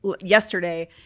yesterday